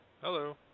Hello